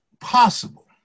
possible